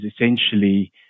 essentially